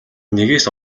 нэгээс